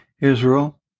Israel